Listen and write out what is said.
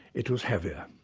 it was heavier.